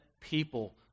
people